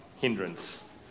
hindrance